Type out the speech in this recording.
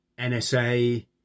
NSA